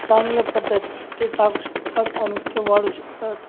चांगल्या पद्धतीने ते टाकू शकतात आणि ते वाढवू शकतात